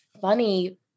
funny